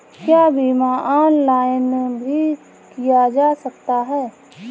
क्या बीमा ऑनलाइन भी किया जा सकता है?